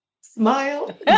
smile